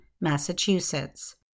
Massachusetts